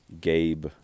Gabe